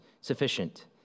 sufficient